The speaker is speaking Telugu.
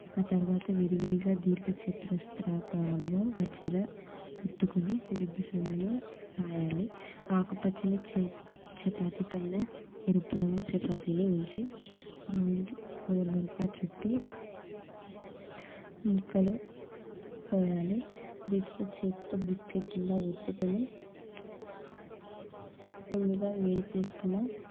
ఆ తర్వాత విడివిడిగా దీర్ఘ చతురస్త్ర ఆకారంలో వచ్చేలా వత్తుకొని గుడ్డు సోనాను రాయాలి ఆకుపచ్చని చ చపాతి పైన ఎరుపు రంగు చపాతీని ఉంచి రూల్ రోలర్గా చుట్టి ముక్కలు కోయాలి వీటిని చేత్తో బిస్కెట్లా వత్తుకొని ముందుగా వేడి చేసుకున్న